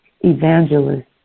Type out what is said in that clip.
evangelist